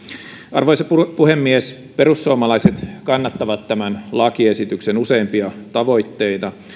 arvoisa puhemies perussuomalaiset kannattavat tämän lakiesityksen useimpia tavoitteita